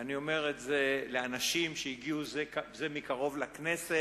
ואני אומר את זה לאנשים שהגיעו זה מקרוב לכנסת.